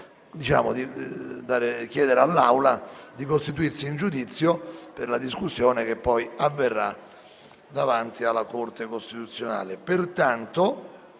fa, di chiedere all'Assemblea di costituirsi in giudizio per la discussione che poi avverrà davanti alla Corte costituzionale. Indìco